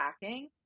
packing